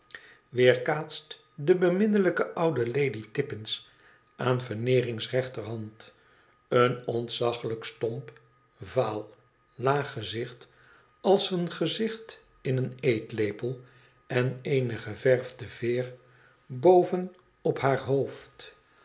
weerkaatst de beminnelijke oude lady tippins aan veneerings rechterhand een ontzaglijk stomp vaal laag gezicht als een gezicht in een eetlepel en eene geverfde veer boven op haar hoofd